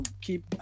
keep